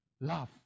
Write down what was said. Love